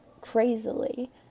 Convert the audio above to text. crazily